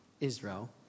Israel